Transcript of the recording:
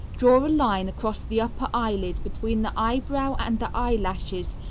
draw a line across the upper eyelid between the eyebrow and the eyelashes,